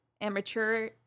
amateur